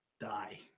die